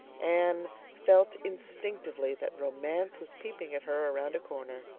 anne felt instinctively that romance was peeping at her around a corner.